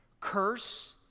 Curse